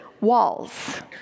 walls